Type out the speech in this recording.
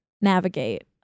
navigate